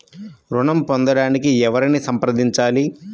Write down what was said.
ఋణం పొందటానికి ఎవరిని సంప్రదించాలి?